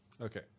Okay